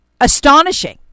astonishing